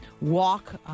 Walk